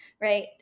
right